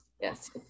Yes